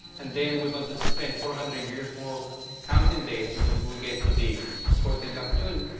and then we're going to spend four hundred years more counting days until we get to the fourteenth baktun.